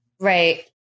Right